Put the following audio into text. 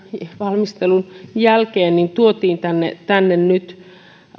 valmistelun jälkeen tuotiin tänne tänne